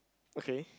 okay